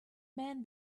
man